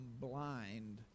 blind